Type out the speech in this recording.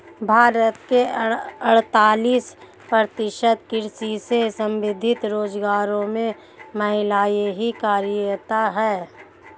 भारत के अड़तालीस प्रतिशत कृषि से संबंधित रोजगारों में महिलाएं ही कार्यरत हैं